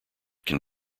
can